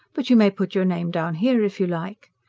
but you may put your name down here if you like,